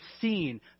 seen